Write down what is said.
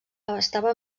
abastava